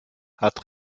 hat